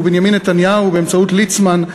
ובנימין נתניהו באמצעות ליצמן,